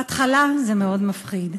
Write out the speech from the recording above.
בהתחלה זה מאוד מפחיד,